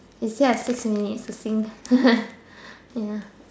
you still have six minutes to sing ya